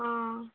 ହଁ